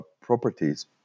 properties